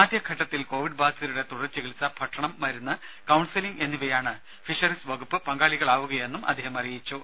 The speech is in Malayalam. ആദ്യഘട്ടത്തിൽ കോവിഡ് ബാധിതരുടെ തുടർചികിത്സ ഭക്ഷണം മരുന്ന് കൌൺസിലിംഗ് എന്നിവയിലാണ് ഫിഷറീസ് വകുപ്പ് പങ്കാളികളാവുകയെന്നും അദ്ദേഹം പറഞ്ഞു